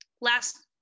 last